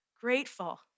grateful